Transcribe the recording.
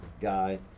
guy